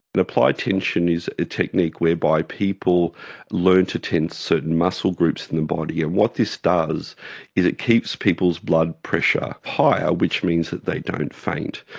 applied tension is a technique whereby people learn to tense certain muscle groups in the body and what this does is it keeps people's blood pressure higher, which means that they don't faint.